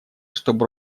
чтобы